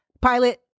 pilot